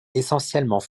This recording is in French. essentiellement